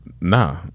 Nah